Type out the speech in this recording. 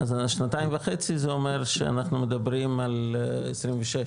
אז שנתיים וחצי זה אומר שאנחנו מדברים על סוף 26,